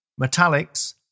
metallics